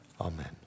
amen